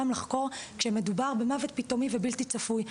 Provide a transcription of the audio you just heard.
לחקור כמדובר במוות פתאומי ובלתי צפוי.